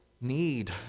need